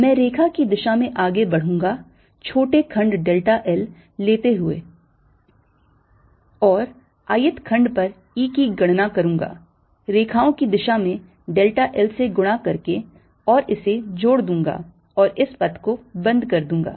मैं रेखा की दिशा में आगे बढ़ूँगा छोटे खंड delta l लेते हुए और ith खंड पर E की गणना करूंगा रेखाओं की दिशा में delta l से गुणा करके और इसे जोड़ दूंगा और इस पथ को बंद कर दूंगा